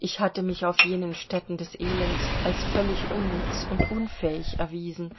ich hatte mich auf jenen stätten des elends als völlig unnütz und unfähig erwiesen